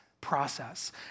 process